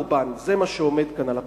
זה מה שעומד כאן על הפרק.